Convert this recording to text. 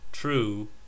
True